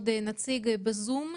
בבקשה.